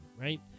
right